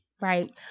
Right